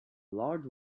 large